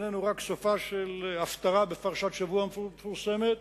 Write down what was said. רק סופה של הפטרה בפרשת שבוע מפורסמת,